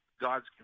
God's